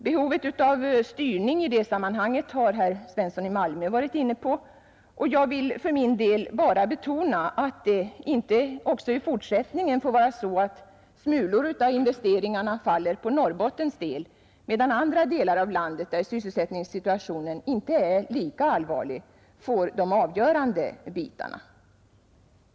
Behovet av styrning i det sammmanhanget har herr Svensson i Malmö varit inne på, och jag vill för min del bara betona att det inte också i fortsättningen får vara så att smulor av investeringarna faller på Norrbottens del, medan andra delar av landet, där sysselsättningssituationen inte är lika allvarlig, får de avgörande bitarna.